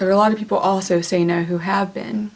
are a lot of people also say know who have been